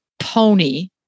pony